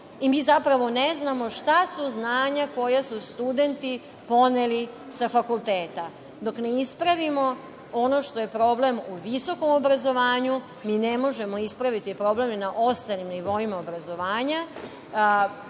Mi zapravo ne znamo šta su znanja koja su studenti poneli sa fakulteta. Dok ne ispravimo ono što je problem u visokom obrazovanju mi ne možemo ispraviti problem i na ostalim nivoima obrazovanja.